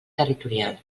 territorial